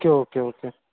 okay okay okay